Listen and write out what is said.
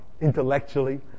intellectually